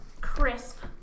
crisp